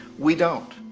we don't.